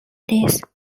days